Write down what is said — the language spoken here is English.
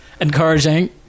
encouraging